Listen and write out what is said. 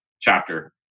Chapter